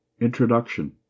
Introduction